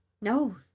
no